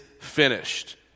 finished